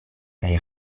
kaj